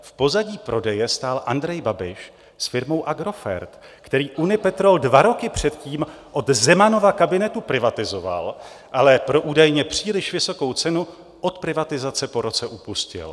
V pozadí prodeje stál Andrej Babiš s firmou Agrofert, který Unipetrol dva roky předtím od Zemanova kabinetu privatizoval, ale pro údajně příliš vysokou cenu od privatizace po roce upustil.